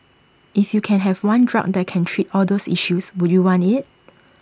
if you can have one drug that can treat all those issues would you want IT